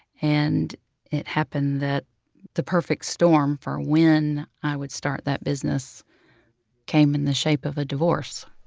and it happened that the perfect storm for when i would start that business came in the shape of a divorce.